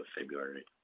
February